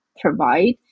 provide